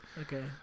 Okay